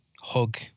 hug